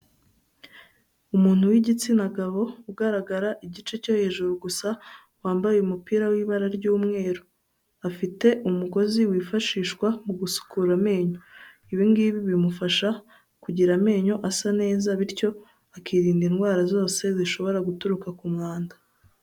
Umuntu w'igitsina gabo ugaragara igice cyo hejuru gusa, wambaye umupira w'ibara ry'umweru, afite umugozi wifashishwa mu gusukura amenyo, ibi ngibi bimufasha kugira amenyo asa neza, bityo akirinda indwara zose zishobora guturuka ku mwanda.